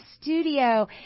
studio